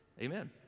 Amen